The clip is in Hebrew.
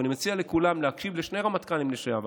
ואני מציע לכולם להקשיב לשני רמטכ"לים לשעבר,